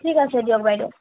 ঠিক আছে দিয়ক বাইদেউ